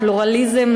לפלורליזם,